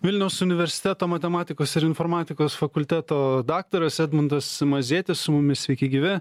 vilniaus universiteto matematikos ir informatikos fakulteto daktaras edmundas mazėtis su mumis sveiki gyvi